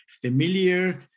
familiar